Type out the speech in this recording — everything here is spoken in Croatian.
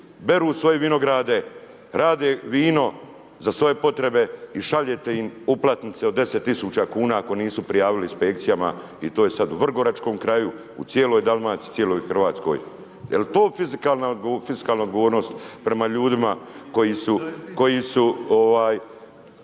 beru svoje vinograde, rade vino za svoje potrebe i šaljete im uplatnice od 10 tisuća kuna ako nisu prijavili inspekcijama. I to je sad u Vrgoračkom kraju, u cijeloj Dalmaciji, cijeloj Hrvatskoj. Je li to fizikalna odgovornost prema ljudima koji su,